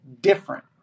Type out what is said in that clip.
different